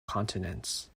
continents